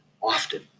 often